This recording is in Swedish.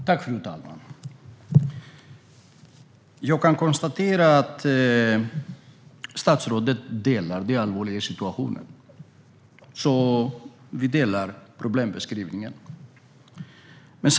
Fru talman! Jag kan konstatera att statsrådet delar det allvarliga i situationen, och vi delar därmed problembeskrivningen.